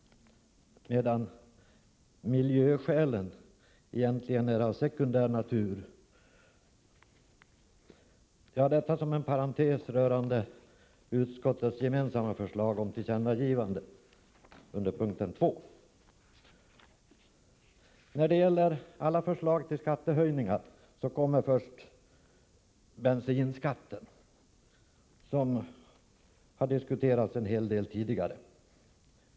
Miljöskälen är egentligen av sekundär natur. Detta var en parentes rörande utskottets gemensamma förslag om tillkännagivandet under punkten 2 i utskottets hemställan. När det gäller alla förslag om skattehöjningar tas bensinskatten upp först. Bensinskatten har diskuterats en hel del tidigare.